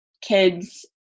kids